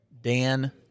Dan